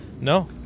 No